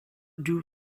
due